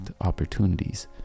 opportunities